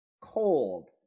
cold